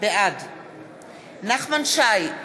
בעד נחמן שי,